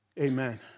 Amen